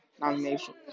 nomination